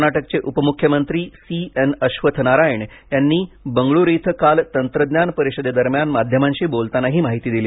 कर्नाटकचे उपमुख्यमंत्री C N Ashwath Narayan यांनी बंगळूरू इथं काल तंत्रज्ञान परिषदेदरम्यान माध्यमांशी बोलताना ही माहिती दिली